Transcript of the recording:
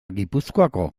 gipuzkoako